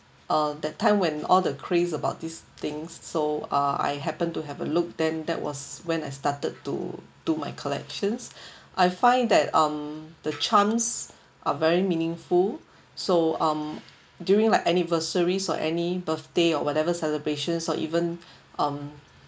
uh that time when all the craze about these things so ah I happen to have a look that that was when I started to do my collections I find that um the charms are very meaningful so um during like anniversaries or any birthday or whatever celebrations or even um